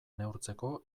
neurtzeko